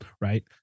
right